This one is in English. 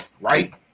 right